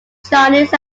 chinese